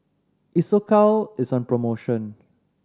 Isocal is on promotion